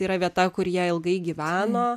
yra vieta kur jie ilgai gyveno